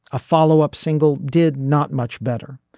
a follow up single did not much better.